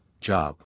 job